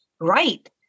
right